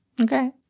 Okay